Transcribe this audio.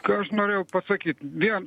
ką aš norėjau pasakyt vien